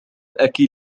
آكل